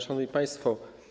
Szanowni Państwo!